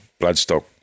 bloodstock